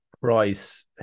price